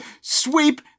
sweep